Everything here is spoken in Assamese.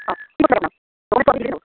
অঁ